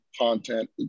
content